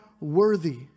worthy